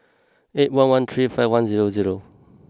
eight one one three five one zero zero